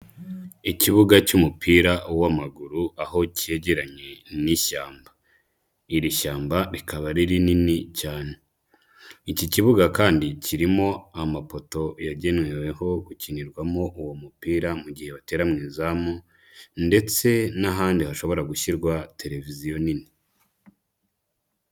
Ikibuga cy'umupira w'amaguru aho cyegeranye n'ishyamba, iri shyamba rikaba ari rinini cyane, iki kibuga kandi kirimo amapoto yageneweho gukinirwamo uwo mupira mu gihe batera mu izamu, ndetse n'ahandi hashobora gushyirwa televiziyo nini.